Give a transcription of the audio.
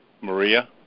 Maria